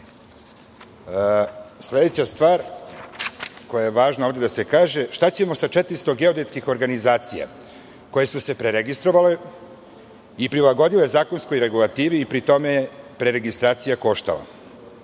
stvar koja je važna ovde da se kaže, šta ćemo sa 400 geodetskih organizacija koje su se preregistrovale i prilagodile zakonskoj regulativi i pri tome preregistracija je koštala?